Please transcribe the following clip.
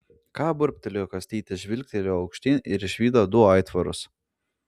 ką burbtelėjo kastytis žvilgtelėjo aukštyn ir išvydo du aitvarus